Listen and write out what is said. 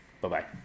Bye-bye